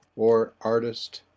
or artist